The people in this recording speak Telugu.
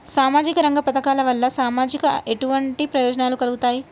సామాజిక రంగ పథకాల వల్ల సమాజానికి ఎటువంటి ప్రయోజనాలు కలుగుతాయి?